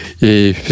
Et